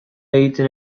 egiten